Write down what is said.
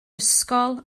ysgol